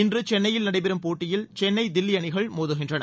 இன்று சென்னையில் நடைபெறும் போட்டியில் சென்னை தில்வி அணிகள் மோதுகின்றன